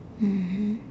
mmhmm